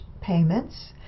payments